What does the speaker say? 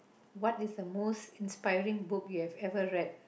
what is the most inspiring book you have ever read